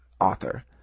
author